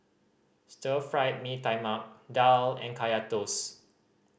Stir Fried Mee Tai Mak daal and Kaya Toast